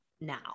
now